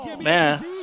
Man